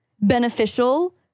beneficial